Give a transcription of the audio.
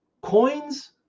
coins